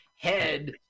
head